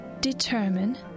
determine